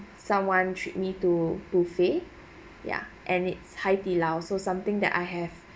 someone treat me to buffet ya and it's hai di lao so something that I have